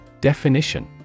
Definition